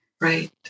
right